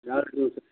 ಎರಡು ದಿವ್ಸಕ್ಕೆ